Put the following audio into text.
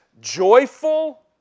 joyful